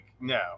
no